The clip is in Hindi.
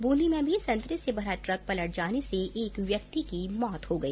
बूंदी में भी संतरे से भरा ट्रक पलट जाने से एक व्यक्ति की मौत हो गई